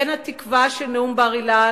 בין התקווה של נאום בר-אילן